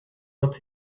what